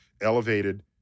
elevated